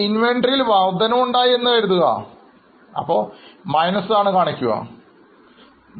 ഇപ്പോൾ inventory വർദ്ധനവുണ്ടായി എന്ന് കരുതുക അപ്പോൾ '' ആണ് കാണിക്കുക മനസ്സിലാകുന്നില്ലേ